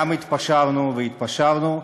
גם התפשרנו, והתפשרנו,